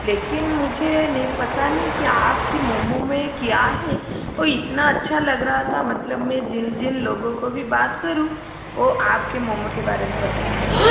लेकिन मुझे नही पता नही क्या आपकी मोमो में क्या है वो इतना अच्छा लग रहा था मतलब मैं जिल जिन लोगों को भी बात करूँ वो आपके मोमो के बारे में बता रहा है